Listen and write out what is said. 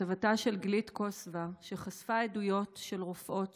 כתבתה של גילית קוזבה שחשפה עדויות של רופאות